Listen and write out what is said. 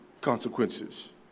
consequences